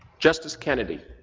justice kennedy,